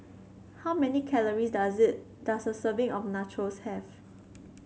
how many calories does it does a serving of Nachos have